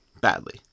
badly